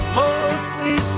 mostly